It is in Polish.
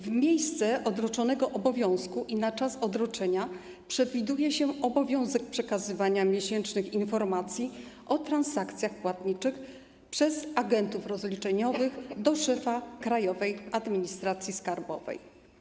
W miejsce odroczonego obowiązku i na czas odroczenia przewiduje się obowiązek przekazywania miesięcznych informacji o transakcjach płatniczych przez agentów rozliczeniowych do szefa Krajowej Administracji Skarbowej.